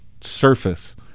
surface